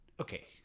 Okay